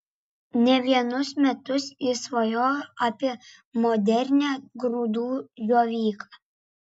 ne vienus metus jis svajojo apie modernią grūdų džiovyklą